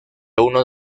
uno